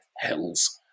hills